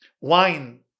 Wine